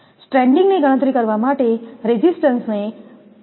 stranding ની ગણતરી કરવા માટે રેઝિસ્ટન્સ ને 1